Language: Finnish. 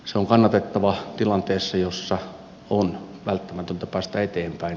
se on kannatettava tilanteessa jossa on välttämätöntä päästä eteenpäin